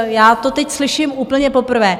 Já to teď slyším úplně poprvé.